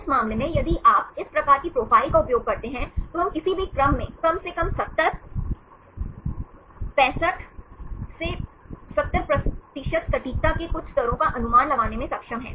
इस मामले मै यदि आप इस प्रकार की प्रोफाइल का उपयोग करते हैं तो हम किसी भी क्रम में कम से कम 70 65 से 70 सटीकता के कुछ स्तरों का अनुमान लगाने में सक्षम हैं